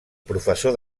professor